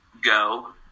go